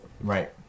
Right